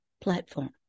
platform